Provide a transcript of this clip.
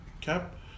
cap